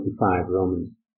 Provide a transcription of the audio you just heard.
Romans